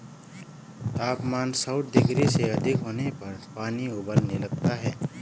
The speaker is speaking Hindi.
तापमान सौ डिग्री से अधिक होने पर पानी उबलने लगता है